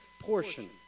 portion